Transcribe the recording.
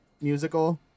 musical